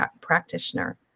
practitioner